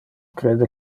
crede